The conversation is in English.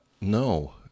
No